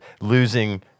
losing